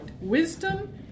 wisdom